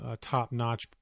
top-notch